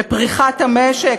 לפריחת המשק.